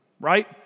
right